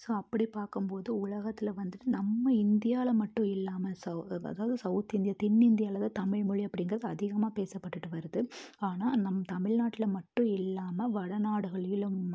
so அப்படி பார்க்கும்போது உலகத்தில் வந்துட்டு நம்ம இந்தியாவில் மட்டும் இல்லாமல் சவுத் ப அதாவது சவுத் இந்தியா தென் இந்தியாவில்தான் தமிழ் மொழி அப்படிங்கறது அதிகமாக பேசப்பட்டுகிட்டு வருது ஆனால் நம்ம தமிழ் நாட்டில் மட்டும் இல்லாமல் வடநாடுகளேயும் இல்லை